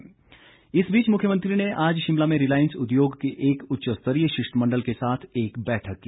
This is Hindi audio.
रिलायंस ग्रप इस बीच मुख्यमंत्री ने आज शिमला में रिलायंस उद्योग के एक उच्च स्तरीय शिष्टमंडल के साथ एक बैठक की